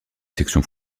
section